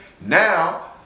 now